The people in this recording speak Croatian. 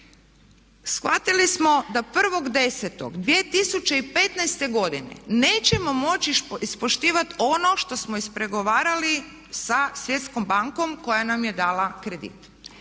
Shvatili smo da 1.10.2015. godine nećemo moći ispoštivati ono što smo ispregovarali sa Svjetskom bankom koja nam je dala kredit.